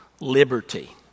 liberty